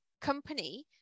company